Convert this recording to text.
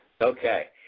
Okay